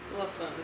listen